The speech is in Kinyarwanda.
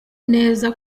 neza